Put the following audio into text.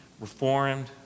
reformed